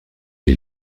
est